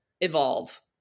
evolve